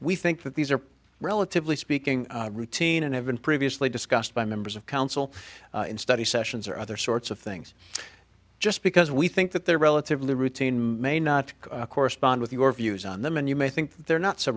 we think that these are relatively speaking routine and have been previously discussed by members of council in study sessions or other sorts of things just because we think that they're relatively routine may not correspond with your views on them and you may think they're not so